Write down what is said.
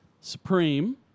Supreme